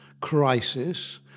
crisis